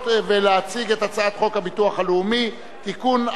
ולהציג את הצעת חוק הביטוח הלאומי (תיקון,